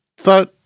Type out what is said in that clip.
thought